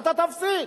אתה תפסיד,